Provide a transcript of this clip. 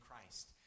Christ